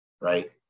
Right